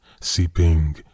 seeping